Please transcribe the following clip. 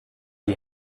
die